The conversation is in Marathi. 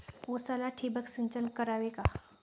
उसाला ठिबक सिंचन करावे का?